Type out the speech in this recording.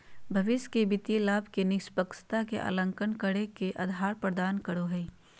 भविष्य के वित्तीय लाभ के निष्पक्षता के आकलन करे ले के आधार प्रदान करो हइ?